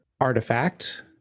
Artifact